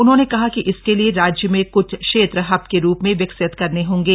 उन्होंने कहा कि इसके लिए राज्य में कुछ क्षेत्र हब के रूप में विकसित करने होंगे